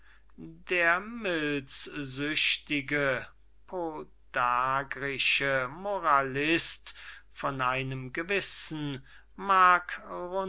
der milzsüchtige podagrische moralist von einem gewissen